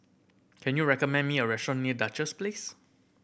can you recommend me a restaurant near Duchess Place